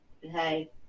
Hey